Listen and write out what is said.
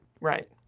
Right